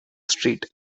street